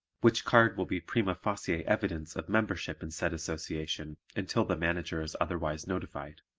which card will be prima facie evidence of membership in said association until the manager is otherwise notified.